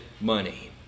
money